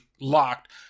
locked